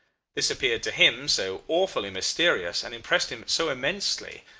this appeared to him so awfully mysterious, and impressed him so immensely,